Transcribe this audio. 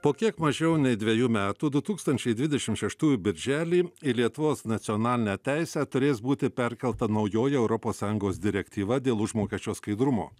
po kiek mažiau nei dviejų metų du tūkstančiai dvidešimt šeštųjų birželį į lietuvos nacionalinę teisę turės būti perkelta naujoji europos sąjungos direktyva dėl užmokesčio skaidrumo